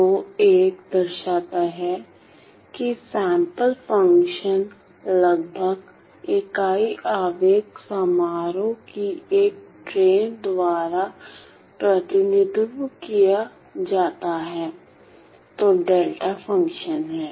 तो I दर्शाता है कि सैंपल फ़ंक्शन लगभग इकाई आवेग समारोह की एक ट्रेन द्वारा प्रतिनिधित्व किया जाता है जो डेल्टा फंक्शन है